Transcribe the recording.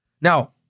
Now